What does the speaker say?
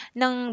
ng